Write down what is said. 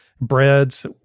breads